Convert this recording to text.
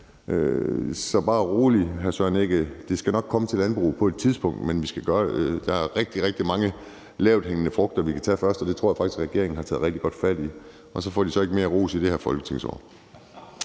Så bare rolig, hr. Søren Egge Rasmussen, det skal nok komme til landbruget på et tidspunkt, men der er rigtig, rigtig mange lavthængende frugter, vi først kan tage, og dem tror jeg faktisk regeringen har taget rigtig godt fat i, og så får de ikke mere ros i det her folketingsår.